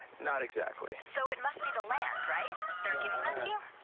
not exactly. so it must be the land, right? they're giving that to you?